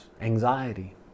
anxiety